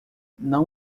não